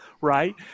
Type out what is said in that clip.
Right